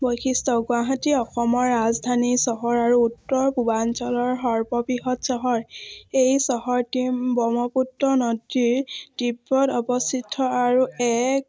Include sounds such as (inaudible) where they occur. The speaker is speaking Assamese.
বৈশিষ্ট্য গুৱাহাটী অসমৰ ৰাজধানী চহৰ আৰু উত্তৰ পূ্বাঞ্চলৰ সৰ্ববৃহৎ চহৰ এই চহৰটি ব্ৰহ্মপুত্ৰ নদীৰ (unintelligible) অৱস্থিত আৰু এক